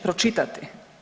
Pročitati.